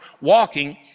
walking